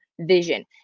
vision